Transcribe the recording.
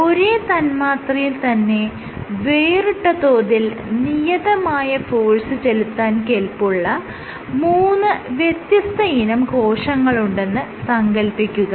ഒരേ തന്മാത്രയിൽ തന്നെ വേറിട്ട തോതിൽ നിയതമായ ഫോഴ്സ് ചെലുത്താൻ കെൽപ്പുള്ള മൂന്ന് വ്യത്യസ്തയിനം കോശങ്ങളുണ്ടെന്ന് സങ്കൽപ്പിക്കുക